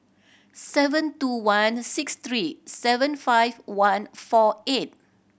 seven two one six three seven five one four eight